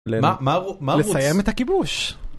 לסיים את הכיבוש.